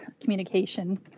communication